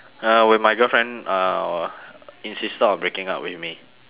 uh when my girlfriend uh insisted on breaking up with me